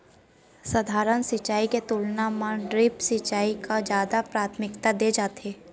सधारन सिंचाई के तुलना मा ड्रिप सिंचाई का जादा प्राथमिकता दे जाथे